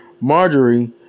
Marjorie